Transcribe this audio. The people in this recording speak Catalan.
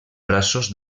braços